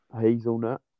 Hazelnut